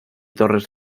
torres